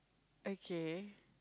okay